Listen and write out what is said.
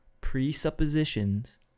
presuppositions